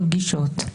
אמרתי לפרוטוקול.